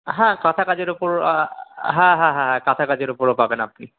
হ্যাঁ কাঁথা কাজের ওপর হ্যাঁ হ্যাঁ হ্যাঁ হ্যাঁ কাঁথা কাজের ওপরও পাবেন আপনি